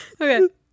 Okay